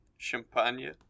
Champagne